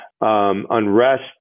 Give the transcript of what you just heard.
unrest